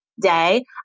day